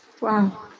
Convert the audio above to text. Wow